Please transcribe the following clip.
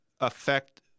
affect